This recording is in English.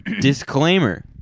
Disclaimer